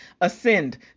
Ascend